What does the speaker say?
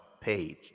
Page